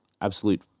absolute